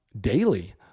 daily